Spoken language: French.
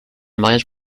mariage